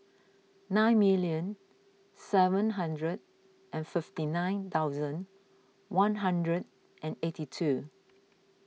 five million seven hundred and fifty nine thousand one hundred and eighty two